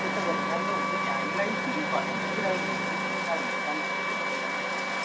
त्यसो गरे भने राम्रै हुन्छ नि हामीलाई यतिकै घरमा बसिरह्यो भने त्यस्तो बिमार हुने चान्सेस धेरै हुन्छ नि अहिले